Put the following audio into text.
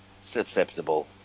susceptible